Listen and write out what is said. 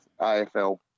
AFL